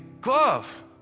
Glove